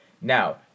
Now